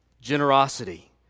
generosity